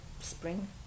spring